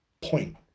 point